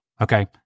Okay